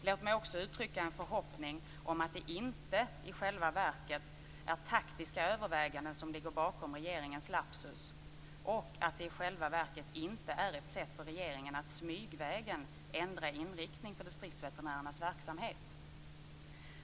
Låt mig också uttrycka en förhoppning om att det inte i själva verket är taktiska överväganden som ligger bakom regeringens lapsus och att det i själva verket inte är ett sätt för regeringen att smygvägen ändra inriktning för distriktsveterinärernas verksamhet.